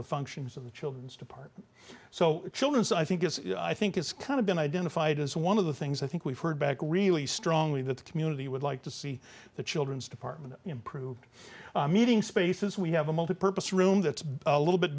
the functions of the children's department so children's i think it's i think it's kind of been identified as one of the things i think we've heard back really strongly that the community would like to see the children's department improved meeting spaces we have a multipurpose room that's a little bit